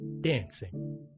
dancing